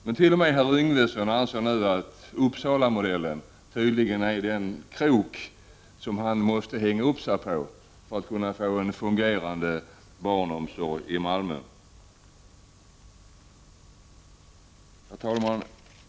Men t.o.m. herr Yngvesson anser nu att Uppsalamodellen tydligen är vad han måste stödja sig på för att kunna få en fungerande barnomsorg i Malmö. Herr talman!